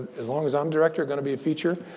as long as i'm director, going to be a feature.